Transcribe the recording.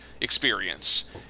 experience